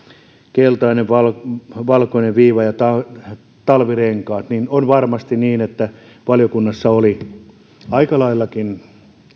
keltainen tai valkoinen viiva ja talvirenkaat on varmasti niin että valiokunnassa oli aika laillakin